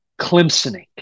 Clemsoning